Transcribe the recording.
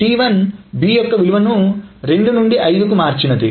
వ్రాత T1 B 2 5 T1 B యొక్క విలువను 2 నుండి 5 కి మార్చింది